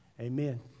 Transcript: Amen